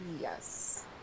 yes